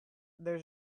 there